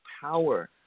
power